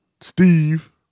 Steve